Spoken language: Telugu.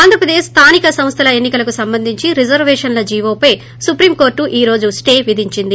ఆంధ్రప్రదేశ్ స్లానిక సంస్వల ఎన్ని కలకు సంబంధించి రిజరేఁషన్ల జీవోపై సుప్రీం కోర్టు ఈ రోజు స్టే విధించింది